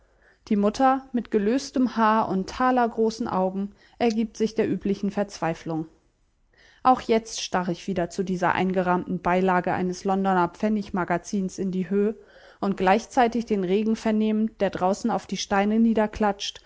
die mutter mit gelöstem haar und talergroßen augen ergibt sich der üblichen verzweiflung auch jetzt starr ich wieder zu dieser eingerahmten beilage eines londoner pfennig magazins in die höh und gleichzeitig den regen vernehmend der draußen auf die steine